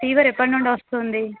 fever ఎప్పటినుండో వస్తుంది